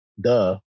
duh